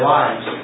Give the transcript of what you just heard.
lives